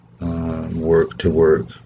work-to-work